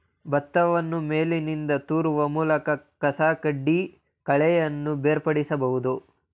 ಭತ್ತವನ್ನು ಮೇಲಿನಿಂದ ತೂರುವ ಮೂಲಕ ಕಸಕಡ್ಡಿ ಕಳೆಯನ್ನು ಬೇರ್ಪಡಿಸಬೋದು